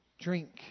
drink